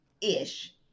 ish